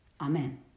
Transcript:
Amen